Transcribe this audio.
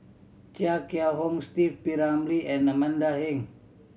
Chia Kiah Hong Steve P Ramlee and Amanda Heng